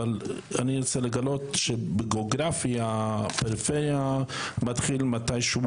אבל אני רוצה לגלות שבגיאוגרפיה הפריפריה מתחילה מתישהו,